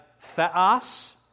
theos